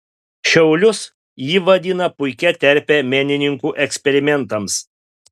šiaulius ji vadina puikia terpe menininkų eksperimentams